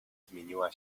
zmieniła